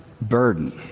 burden